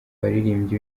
baririmbyi